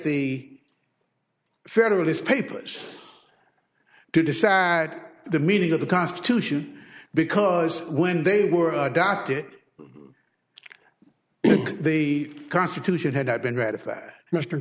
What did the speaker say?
the federalist papers to decide the meaning of the constitution because when they were adopt it the constitution had not been ratified mr